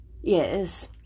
Yes